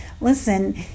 listen